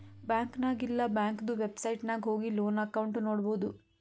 bank ನಾಗ್ ಇಲ್ಲಾ ಬ್ಯಾಂಕ್ದು ವೆಬ್ಸೈಟ್ ನಾಗ್ ಹೋಗಿ ಲೋನ್ ಅಕೌಂಟ್ ನೋಡ್ಬೋದು